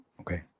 Okay